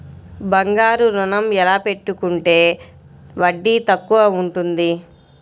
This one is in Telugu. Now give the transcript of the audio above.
బంగారు ఋణం ఎలా పెట్టుకుంటే వడ్డీ తక్కువ ఉంటుంది?